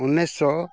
ᱩᱱᱤᱥᱥᱚ